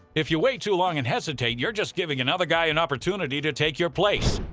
if you wait too long and hesitate, you're just giving another guy an opportunity to take your place.